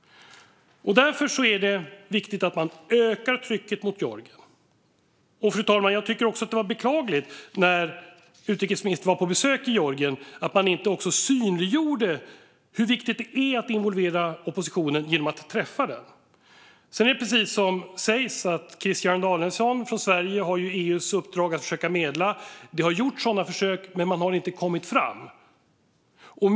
Därför är det viktigt att öka trycket mot Georgien. Fru talman! Jag tycker också att det är beklagligt att utrikesministern när hon var på besök i Georgien inte synliggjorde hur viktigt det är att involvera oppositionen genom att träffa den. Det är precis som sägs att Christian Danielsson från Sverige har EU:s uppdrag att försöka medla. Det har gjorts försök, men man har inte kommit fram.